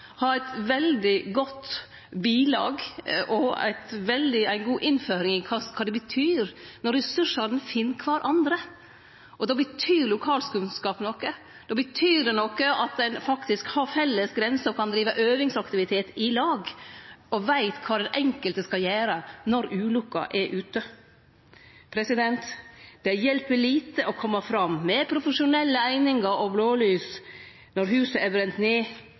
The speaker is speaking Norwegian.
laurdag eit veldig godt vedlegg, med ei god innføring i kva det betyr når ressursane finn kvarandre. Då betyr lokalkunnskap noko. Då betyr det noko at ein faktisk har felles grenser, kan drive øvingsaktivitet i lag og veit kva den enkelte skal gjere når ulukka er ute. Det hjelper lite å kome fram med profesjonelle einingar og blålys når huset er brunne ned